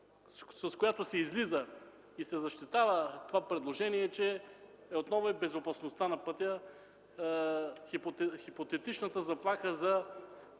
с която се излиза и се защитава това предложение, е, че безопасността на пътя е хипотетичната заплаха за